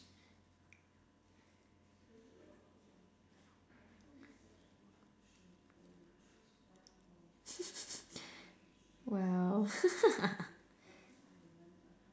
!wow!